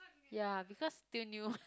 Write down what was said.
ya because still new